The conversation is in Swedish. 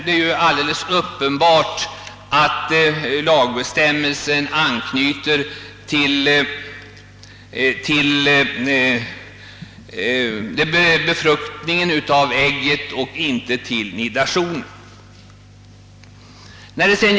Det är uppenbart, att den lagbestämmelsen anknyter till befruktningen av ägget och inte till nidationen.